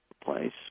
place